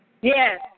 Yes